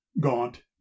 gaunt